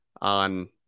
on